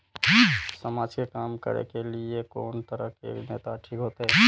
समाज के काम करें के ली ये कोन तरह के नेता ठीक होते?